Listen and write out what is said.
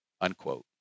unquote